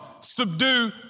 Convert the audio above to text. subdue